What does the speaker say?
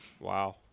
Wow